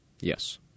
Yes